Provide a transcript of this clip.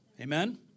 Amen